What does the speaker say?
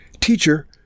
Teacher